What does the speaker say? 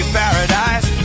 paradise